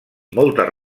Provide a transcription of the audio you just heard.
moltes